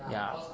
ya